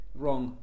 wrong